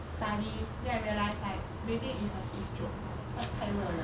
study then I realize like maybe it's a heat stroke cause 太热了 you 是去到那边 try